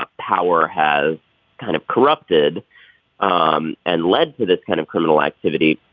ah power has kind of corrupted um and led to this kind of criminal activity.